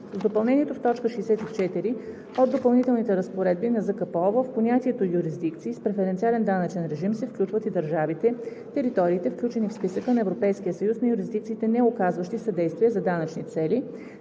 С допълнението в т. 64 от Допълнителните разпоредби на ЗКПО в понятието „юрисдикции с преференциален данъчен режим“ се включват и държавите/териториите, включени в списъка на Европейския съюз на юрисдикциите, неоказващи съдействие за данъчни цели,